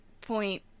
point